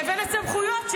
לבין הסמכויות,